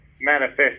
manifest